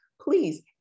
Please